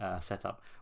setup